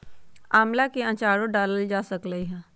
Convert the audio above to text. आम्ला के आचारो डालल जा सकलई ह